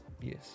yes